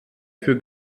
für